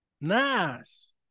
Nice